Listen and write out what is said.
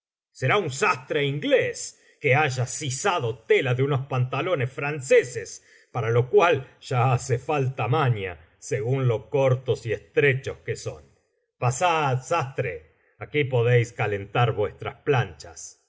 será un sastre inglés que haya sisado tela de unos pantalones franceses para lo cual ya hace falta maña según lo cortos y estrechos que son pasad sastre aquí podéis calentar vuestras planchas